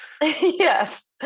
Yes